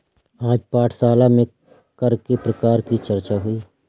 आज पाठशाला में कर के प्रकार की चर्चा हुई